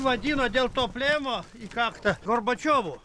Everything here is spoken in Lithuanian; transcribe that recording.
vadina dėl to plėmo į kaktą gorbačiovu